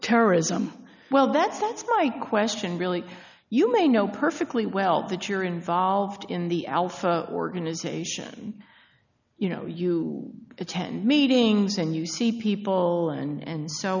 terrorism well that's that's my question really you may know perfectly well that you're involved in the alpha organization you know you attend meetings and you see people and